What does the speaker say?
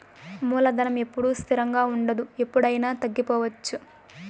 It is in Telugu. మూలధనం ఎప్పుడూ స్థిరంగా ఉండదు ఎప్పుడయినా తగ్గిపోవచ్చు